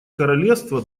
королевство